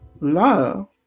love